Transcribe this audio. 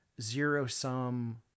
zero-sum